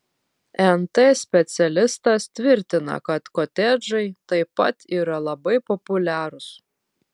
nt specialistas tvirtina kad kotedžai taip pat yra labai populiarūs